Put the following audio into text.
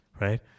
right